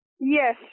Yes